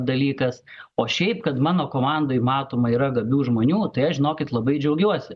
dalykas o šiaip kad mano komandoj matoma yra gabių žmonių tai aš žinokit labai džiaugiuosi